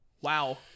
Wow